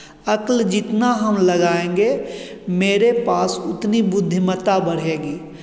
अक्ल जितना हम लगाएंगे मेरे पास उतनी बुद्धिमत्ता बढ़ेगी